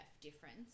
difference